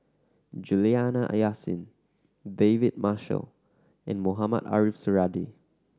Juliana Yasin David Marshall and Mohamed Ariff Suradi